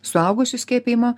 suaugusių skiepijimo